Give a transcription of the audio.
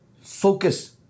focus